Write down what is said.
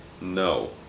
No